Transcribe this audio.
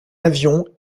avion